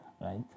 right